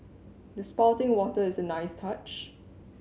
the spouting water is a nice touch